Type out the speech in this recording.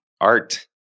art